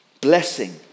Blessing